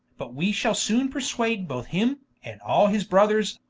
but we shall soone perswade both him, and all his brothers,